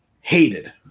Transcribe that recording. hated